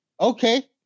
Okay